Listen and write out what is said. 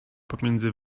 pomiędzy